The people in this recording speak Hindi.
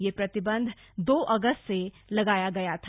यह प्रतिबंध दो अगस्त से लगाया गया था